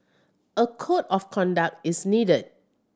a code of conduct is needed